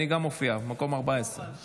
גם אני מופיע, מקום 14. אני